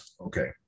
Okay